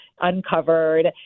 uncovered